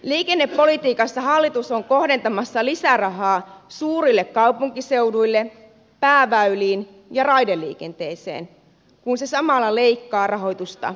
liikennepolitiikassa hallitus on kohdentamassa lisärahaa suurille kaupunkiseuduille pääväyliin ja raideliikenteeseen kun se samalla leikkaa rahoitusta muualta